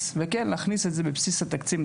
וכן להכניס את הנושא הזה בבסיס התקציב.